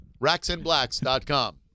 Racksandblacks.com